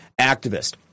activist